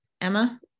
Emma